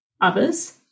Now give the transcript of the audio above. others